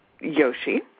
Yoshi